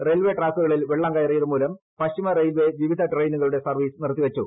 railway ട്രാക്കുകളിൽ വെള്ളം കയറിയതുമൂലം പശ്ചിമ റെയിൽവേ വിവിധ ട്രെയിനുകളുടെ സർവ്വീസ് നിർത്തി വച്ചു